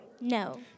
No